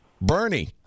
Bernie